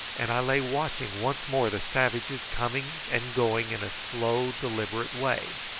and i lay watching once more the savages coming and going in a slow deliberate way.